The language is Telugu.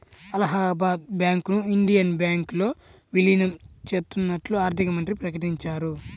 అలహాబాద్ బ్యాంకును ఇండియన్ బ్యాంకులో విలీనం చేత్తన్నట్లు ఆర్థికమంత్రి ప్రకటించారు